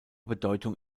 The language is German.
bedeutung